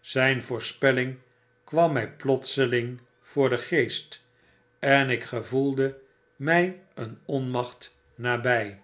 zyn voorspelling kwam mtj plotseling voor den geest en ik gevoelde mil een onmacht nabjj